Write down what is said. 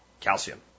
calcium